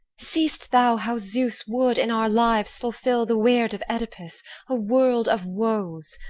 see'st thou how zeus would in our lives fulfill the weird of oedipus, a world of woes!